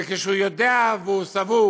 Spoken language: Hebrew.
וכשהוא יודע והוא סבור